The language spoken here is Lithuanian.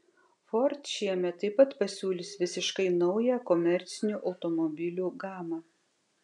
ford šiemet taip pat pasiūlys visiškai naują komercinių automobilių gamą